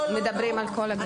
מדברים על כל הגנים.